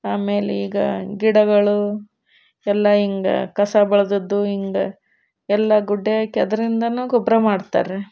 ಆಮೇಲೆ ಈಗ ಗಿಡಗಳು ಎಲ್ಲ ಹಿಂಗ ಕಸ ಬಳಿದದ್ದು ಹಿಂಗ ಎಲ್ಲ ಗುಡ್ಡೆ ಹಾಕಿ ಅದರಿಂದನೂ ಗೊಬ್ಬರ ಮಾಡ್ತಾರೆ